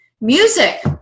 Music